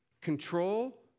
control